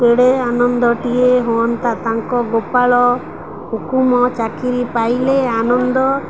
କେଡ଼େ ଆନନ୍ଦଟିଏ ହୁଅନ୍ତା ତାଙ୍କ ଗୋପାଳ କୁକୁମ ଚାକିରି ପାଇଲେ ଆନନ୍ଦ